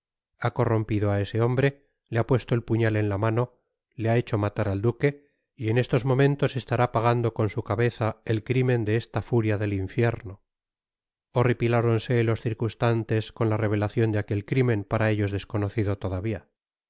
ha corrompido á ese hombre le ha puesto el puñal en la mano le ha hecho matar al duque y en estos momentos estará pagando con su cabeza el crimen de esta furia del infierno horripiláronse los circunstantes con la revelacion de aquel crimen para ellos desconocido todavia